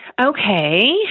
Okay